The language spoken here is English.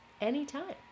anytime